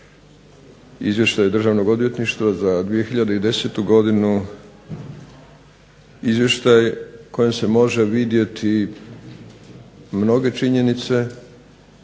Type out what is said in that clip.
izvješće Državnog odvjetništva za 2010. godinu izvještaj u kojem se može vidjeti mnoge činjenice